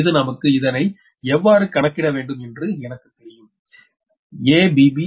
மற்றும் இது நமக்கு இதனை எவ்வாறு கணக்கிட வேண்டும் என்று எனக்கு தெரியும் abbccaDabDbcDca